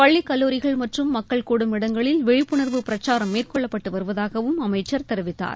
பள்ளி கல்லூரிகள் மற்றம் மக்கள் கூடும் இடங்களில் விழிப்புனர்வு பிரச்சாரம் மேற்னெள்ளப்பட்டு வருவதாகவும் அமச்சர் தெரிவித்தார்